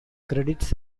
credits